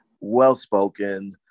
well-spoken